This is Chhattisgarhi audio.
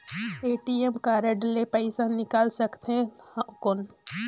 ए.टी.एम कारड ले पइसा निकाल सकथे थव कौन?